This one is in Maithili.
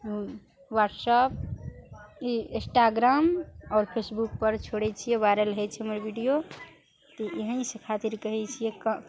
व्हाट्सप ई इस्टाग्राम आओर फेसबुक पर छोड़ै छियै वायरल होइ छै हमर बीडियो तऽ एहि खातिर कहै छियै कऽ